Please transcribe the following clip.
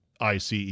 ICE